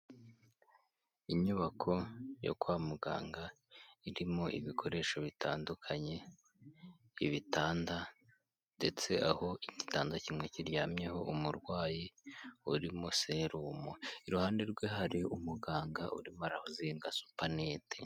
Inyubako yo kwa muganga irimo ibikoresho bitandukanye by'ibitanda ndetse aho igitanda kimwe kiryamyeho umurwayi urimo serumu. Iruhande rwe hari umuganga urimo arazinga supanete.